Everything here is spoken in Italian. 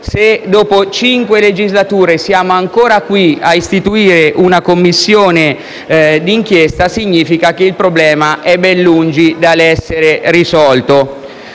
Se, dopo cinque legislature, siamo ancora qui a istituire una Commissione d'inchiesta sul tema, significa che il problema è ben lungi dall'essere risolto.